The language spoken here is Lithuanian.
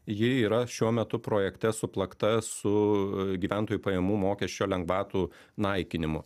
ji yra šiuo metu projekte suplakta su gyventojų pajamų mokesčio lengvatų naikinimu